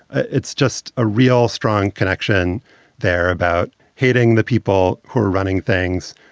it's just a real strong connection there about hating the people who are running things,